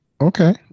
Okay